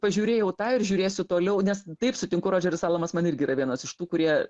pažiūrėjau tą ir žiūrėsiu toliau nes taip sutinku rodžeris alamas man irgi yra vienas iš tų kurie